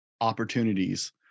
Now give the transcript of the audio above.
opportunities